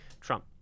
Trump